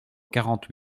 quarante